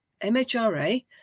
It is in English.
MHRA